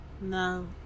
No